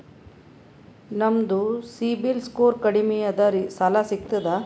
ನಮ್ದು ಸಿಬಿಲ್ ಸ್ಕೋರ್ ಕಡಿಮಿ ಅದರಿ ಸಾಲಾ ಸಿಗ್ತದ?